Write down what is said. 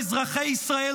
אזרחי ישראל,